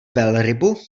velrybu